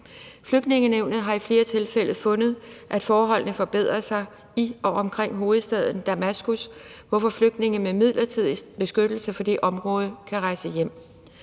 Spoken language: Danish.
Flygtningenævnet har i flere tilfælde fundet, at forholdene har forbedret sig i og omkring hovedstaden Damaskus, hvorfor flygtninge med midlertidig beskyttelse fra det område kan rejse hjem.